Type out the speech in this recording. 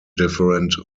different